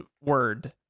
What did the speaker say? word